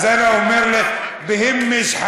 אז אני אומר לך: (אומר בערבית: אל תדאגי,